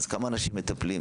כמה אנשים מטפלים?